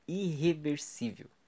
irreversível